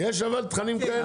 יש תכנים כאלה?